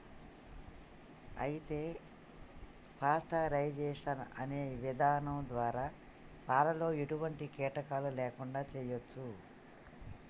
అయితే పాస్టరైజేషన్ అనే ఇధానం ద్వారా పాలలో ఎటువంటి కీటకాలు లేకుండా చేయచ్చు